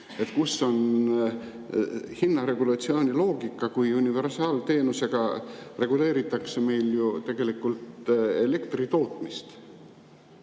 Kus on hinnaregulatsiooni loogika, kui universaalteenusega reguleeritakse meil ju tegelikult elektri tootmist.